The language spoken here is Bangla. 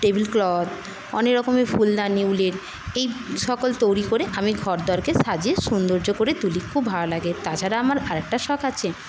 টেবিল ক্লথ অনেক রকমের ফুলদানি উলের এই সকল তৈরি করে আমি ঘরদোরকে সাজিয়ে সৌন্দর্য করে তুলি খুব ভালো লাগে তাছাড়া আমার আরেকটা শখ আছে